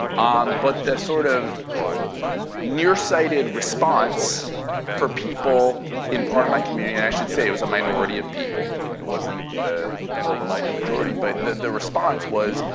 um but the sort of near-sighted response for people in part of my community, and i should say it was a minority of people it wasn't the overwhelming majority, but the response was,